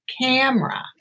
camera